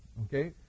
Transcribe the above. Okay